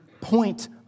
point